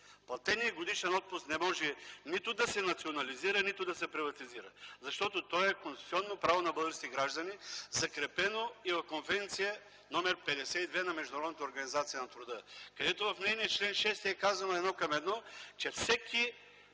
Платеният годишен отпуск не може нито да се национализира, нито да се приватизира, защото той е конституционно право на българските граждани, закрепено и в Конвенция № 52 на Международната организация на труда, където в чл. 6 е казано едно към едно, че всеки